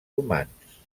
humans